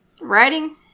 writing